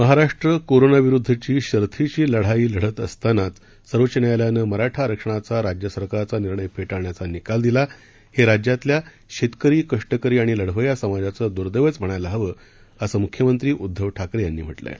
Maharashtra corona विरुद्धची शर्थीची लढाई लढत असताना सर्वोच्च न्यायालयानं मराठा आरक्षणाचा राज्य सरकारचा निर्णय फेटाळण्याचा निकाल दिला हे राज्यातल्या शेतकरी कष्टकरी आणि लढवय्या समाजाचं द्देवच म्हणायला हवं असं मुख्यमंत्री उद्धव ठाकरे यांनी म्हटलं आहे